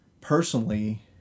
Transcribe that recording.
personally